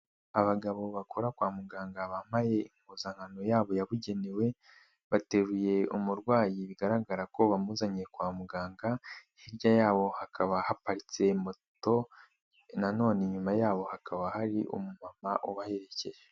Abagabo bakora kwa muganga bambaye impuzankano yabo yabugenewe, bateruye umurwayi bigaragara ko bamuzanye kwa muganga, hirya yabo hakaba haparitse moto, na none nyuma yabo hakaba hari umumama ubaherekeje.